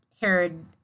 Herod